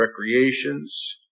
recreations